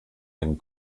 einen